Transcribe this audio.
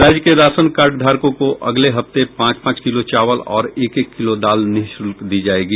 राज्य के राशन कार्डधारकों को अगले हफ्ते पांच पांच किलो चावल और एक एक किलो दाल निःशुल्क दी जायेगी